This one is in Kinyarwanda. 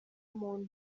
muntu